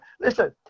listen